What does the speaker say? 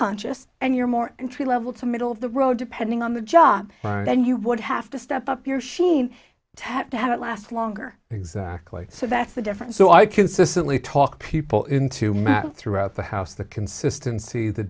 conscious and you're more intrigued eval to middle of the road depending on the job then you would have to step up your sheen have to have it last longer exactly so that's the difference so i consistently talk people into math throughout the house the consistency the